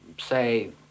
say